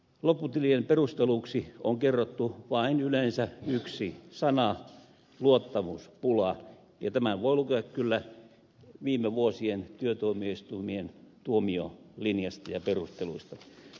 lopputilien perusteluksi on kerrottu vain yleensä yksi sana luottamuspula ja tämän voi lukea kyllä viime vuosien työtuomioistuimien tuomiolinjasta ja perusteluista